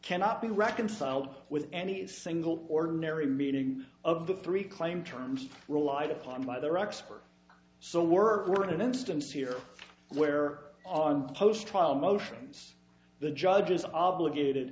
cannot be reconciled with any single ordinary meaning of the three claim terms relied upon by their expert so we're we're in an instance here where on post trial motions the judge is obligated